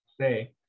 say